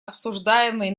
обсуждаемый